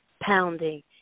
pounding